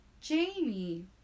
Jamie